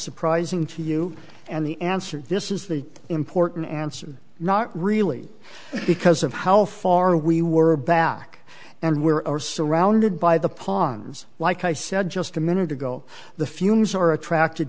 surprising to you and the answer this is the important answer not really because of how far we were back and we're surrounded by the pawns like i said just a minute ago the fumes are attracted